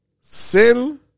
Sin